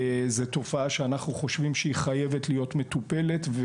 ואנחנו חושבים שהיא חייבת להיות מטופלת.